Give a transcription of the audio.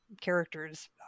characters